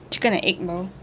chicken and egg no